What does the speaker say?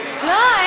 אין,